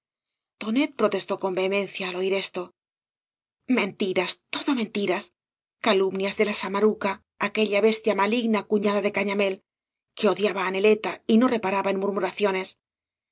tonet protestó con vehemencia al oír esto mentiras todo mentiras calumnias de la sama ruca aquella bestia maligna cufiada de cañamél que odiaba á neleta y no reparaba en murmuraciones